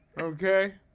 Okay